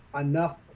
enough